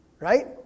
right